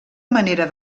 manera